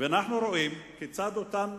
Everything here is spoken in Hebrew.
אנחנו רואים כיצד אותן